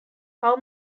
how